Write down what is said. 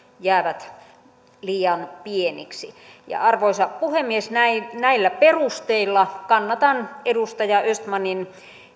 jäävät liian pieniksi arvoisa puhemies näillä perusteilla kannatan edustaja östmanin